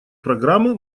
программы